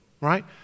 right